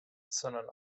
sondern